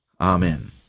amen